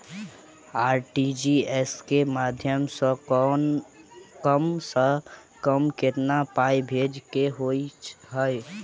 RTGS केँ माध्यम सँ कम सऽ कम केतना पाय भेजे केँ होइ हय?